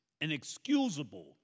inexcusable